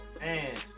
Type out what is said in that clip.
man